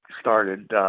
started